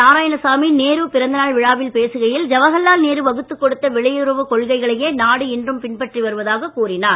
நாராயணசாமி நேரு பிறந்தநாள் விழாவில் பேசுகையில் ஜவஹர்லால் நேரு வகுத்துக் கொடுத்த வெளியுறவு கொள்கைகளையே நாடு இன்றும் பின்பற்றி வருவதாக கூறினார்